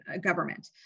government